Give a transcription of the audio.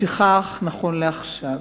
לפיכך, נכון לעכשיו,